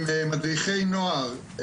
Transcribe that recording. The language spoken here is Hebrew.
הם מדריכי נוער,